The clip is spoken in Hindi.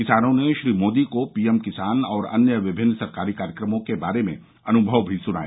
किसानों ने श्री मोदी को पीएम किसान और अन्य विमिन्न सरकारी कार्यक्रमों के बारे में अनुमव भी सुनाए